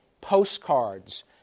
Postcards